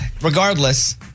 Regardless